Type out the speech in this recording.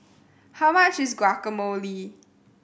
how much is Guacamole